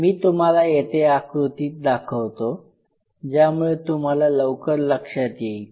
मी तुम्हाला येथे आकृतीत दाखवतो ज्यामुळे तुम्हाला लवकर लक्षात येईल